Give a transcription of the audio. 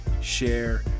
share